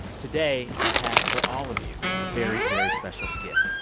today, i have, for all of you, a very, very special gift.